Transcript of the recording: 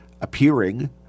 appearing